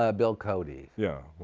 ah bill cody. yeah